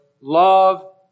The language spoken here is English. love